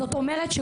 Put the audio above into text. זאת אומרת,